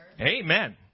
amen